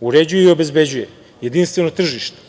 uređuje i obezbeđuje jedinstveno tržište,